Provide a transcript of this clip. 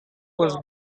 was